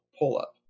pull-up